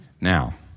Now